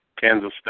Kansas